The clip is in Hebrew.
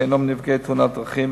שאינם נפגעי תאונות דרכים,